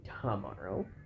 tomorrow